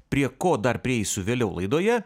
prie ko dar prieisiu vėliau laidoje